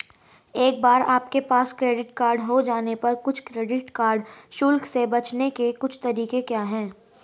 एक बार आपके पास क्रेडिट कार्ड हो जाने पर कुछ क्रेडिट कार्ड शुल्क से बचने के कुछ तरीके क्या हैं?